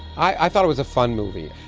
i thought it was a fun movie.